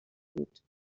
بود